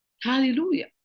Hallelujah